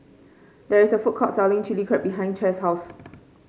there is a food court selling Chilli Crab behind Chaz's house